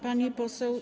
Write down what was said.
Pani poseł.